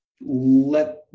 let